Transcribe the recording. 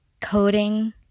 coding